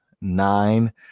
Nine